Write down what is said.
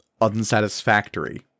unsatisfactory